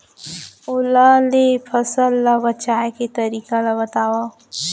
ओला ले फसल ला बचाए के तरीका ला बतावव?